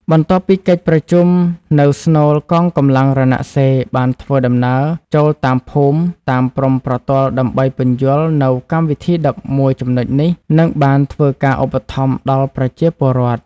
បន្ទាប់ពីកិច្ចប្រជុំនៅស្នូលកងកម្លាំងរណសិរ្យ បានធ្វើដំណើរចូលតាមភូមិ តាមព្រំប្រទល់ដើម្បីពន្យល់នូវកម្មវិធី ១១ ចំណុចនេះនិងបានធ្វើការឧបត្តម្ភដល់ប្រជាពលរដ្ឋ ។